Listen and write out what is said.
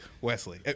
Wesley